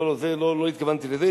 לא התכוונתי לזה,